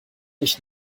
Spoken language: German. nicht